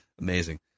Amazing